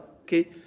okay